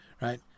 right